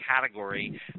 category